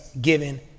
given